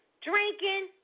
drinking